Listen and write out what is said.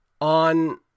on